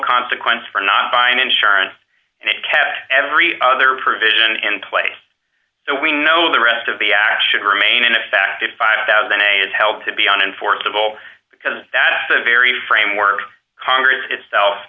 consequence for not buying insurance and it kept every other provision in place so we know the rest of the ash should remain an effective five thousand a is held to be unenforceable because that is a very framework congress itself